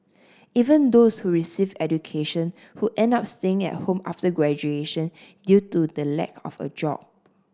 even those who received education who end up staying at home after graduation due to the lack of a job